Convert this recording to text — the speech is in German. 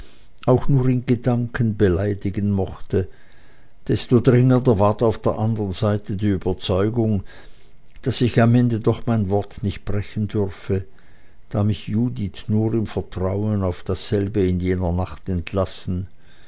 auch nur in gedanken beleidigen mochte desto dringender ward auf der anderen seite die überzeugung daß ich am ende doch mein wort nicht brechen dürfe da mich judith nur im vertrauen auf dasselbe in jener nacht entlassen